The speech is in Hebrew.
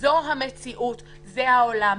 זו המציאות וזה העולם.